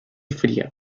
fría